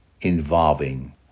involving